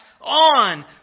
on